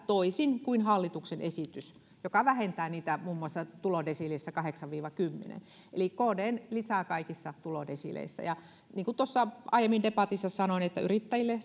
toisin kuin hallituksen esitys joka vähentää niitä muun muassa tulodesiileissä kahdeksan viiva kymmenen eli kdn lisää kaikissa tulodesiileissä ja niin kuin tuossa aiemmin debatissa sanoin että yrittäjille